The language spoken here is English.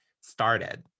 started